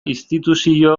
instituzio